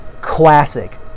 classic